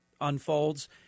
unfolds